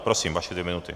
Prosím, vaše dvě minuty.